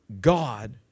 God